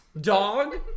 dog